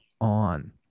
on